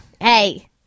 Hey